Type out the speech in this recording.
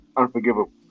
Unforgivable